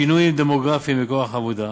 שינויים דמוגרפיים בכוח העבודה,